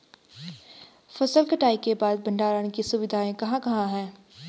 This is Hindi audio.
फसल कटाई के बाद भंडारण की सुविधाएं कहाँ कहाँ हैं?